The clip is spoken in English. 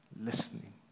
listening